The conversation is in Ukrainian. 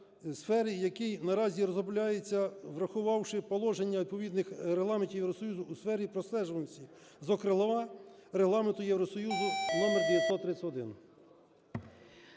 який наразі розробляється, врахувавши положення відповідних регламентів Євросоюзу у сфері простежуваності, зокрема Регламенту Євросоюзу номер 931.